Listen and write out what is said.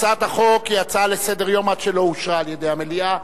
הצעת החוק היא הצעה לסדר-היום עד שלא אושרה על-ידי המליאה,